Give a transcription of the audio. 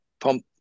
pump